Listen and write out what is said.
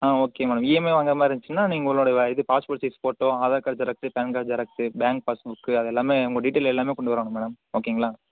ஆ okay madam EMI வாங்குற மாதிரி இருந்துச்சிங்கன்னா நீங்கள் உங்களுடைய இது passport size photo Aadhaar card xerox PAN card xerox bank passbook அதெல்லாமே உங்கள் டீட்டைல் எல்லாமே கொண்டு வரணும் மேடம் ஓகேங்களா